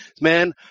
man